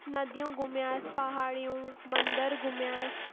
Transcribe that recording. नदियूं घुमियासि पहाड़ियूं मंदर घुमियासि